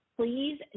Please